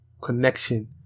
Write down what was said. connection